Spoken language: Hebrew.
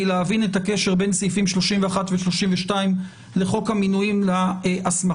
להבין את הקשר בין סעיפים 31 ו-32 לחוק המינויים להסמכה.